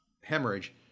hemorrhage